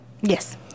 yes